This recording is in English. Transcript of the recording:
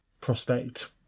Prospect